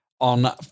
on